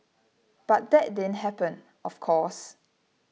but that didn't happen of course